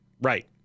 Right